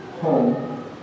home